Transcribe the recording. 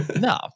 no